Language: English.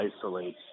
isolate